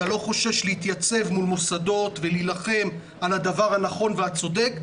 אתה לא חושש להתייצב מול מוסדות ולהילחם על הדבר הנכון והצודק,